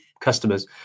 customers